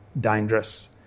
dangerous